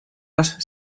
les